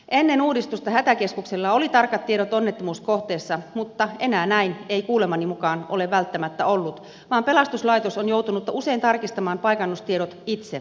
ennen uudistusta hätäkeskuksella oli tarkat tiedot onnettomuuskohteesta mutta enää näin ei kuulemani mukaan ole välttämättä ollut vaan pelastuslaitos on joutunut usein tarkistamaan paikannustiedot itse